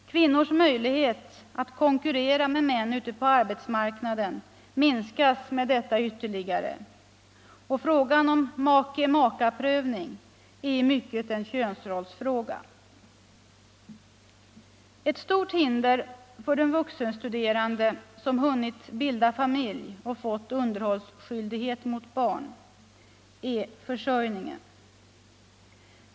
Kvinnors möjlighet att konkurrera med män ute på arbetsmarknaden minskas med detta ytterligare. Frågan om make/maka-prövning är i mycket en könsrollsfråga. Ett stort hinder för den vuxenstuderande som hunnit bilda familj och som fått underhållsskyldighet mot barn är försörjningen.